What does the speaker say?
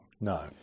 No